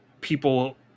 people